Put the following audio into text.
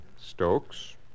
Stokes